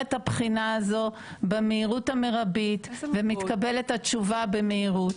את הבחינה הזאת במהירות המרבית ומתקבלת התשובה במהירות.